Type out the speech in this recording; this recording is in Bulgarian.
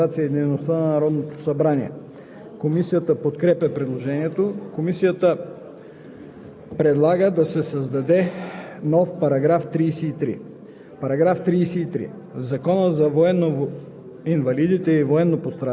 Предложение на народния представител Милен Михов, направено по реда на чл. 83, ал. 5, т. 2 от Правилника за организацията и дейността на Народното събрание. Комисията подкрепя предложението.